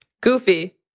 goofy